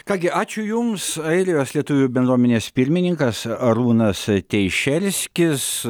ką gi ačiū jums airijos lietuvių bendruomenės pirmininkas arūnas teišerskis